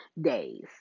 days